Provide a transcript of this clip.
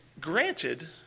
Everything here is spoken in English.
Granted